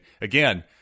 again